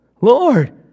Lord